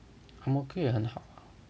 Ang-Mo-Kio 也很好 ah